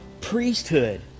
priesthood